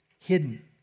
Hidden